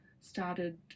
started